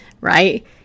right